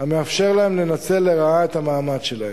המאפשר להם לנצל לרעה את המעמד שלהם.